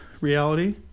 reality